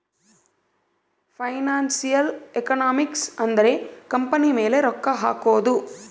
financial economics ಅಂದ್ರ company ಮೇಲೆ ರೊಕ್ಕ ಹಕೋದು